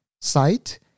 site